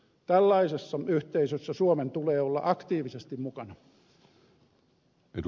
tällaisessa yhteisössä suomen tulee olla aktiivisesti mukana